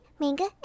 manga